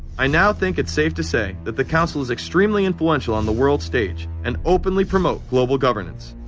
i now think it's safe to say that the council is extremely influential. on the world stage and openly promote global governance.